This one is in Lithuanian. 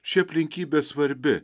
ši aplinkybė svarbi